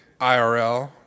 IRL